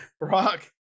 Rock